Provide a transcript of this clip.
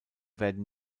werden